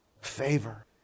favor